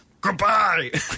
Goodbye